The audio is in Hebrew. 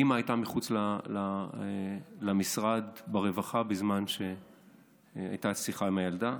האימא הייתה מחוץ למשרד ברווחה בזמן שהייתה שיחה עם הילדה.